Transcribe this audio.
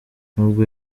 nubwo